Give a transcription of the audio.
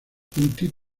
título